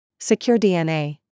SecureDNA